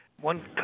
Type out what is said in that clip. One